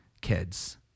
kids